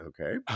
Okay